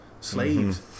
slaves